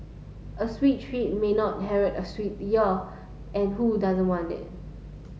a sweet treat may not herald a sweet year and who does want it